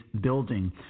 building